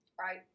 right